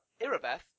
Irabeth